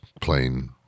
plain